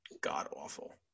god-awful